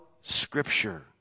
Scripture